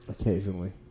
Occasionally